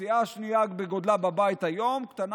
הסיעה השנייה בגודלה בבית היום קטנה